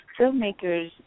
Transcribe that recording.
Filmmakers